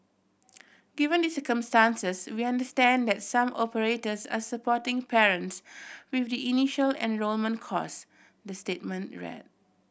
given the circumstances we understand that some operators are supporting parents with the initial enrolment cost the statement read